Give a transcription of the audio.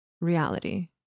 reality